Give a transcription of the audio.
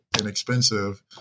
inexpensive